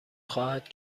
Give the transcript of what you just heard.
خواهد